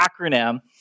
acronym